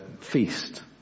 feast